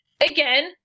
Again